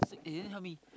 eh then help me